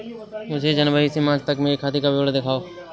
मुझे जनवरी से मार्च तक मेरे खाते का विवरण दिखाओ?